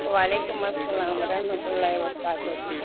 وعلیکم السلام و رحمت اللہ وبرکاتہ